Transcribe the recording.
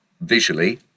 visually